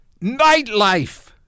Nightlife